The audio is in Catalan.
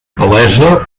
palesa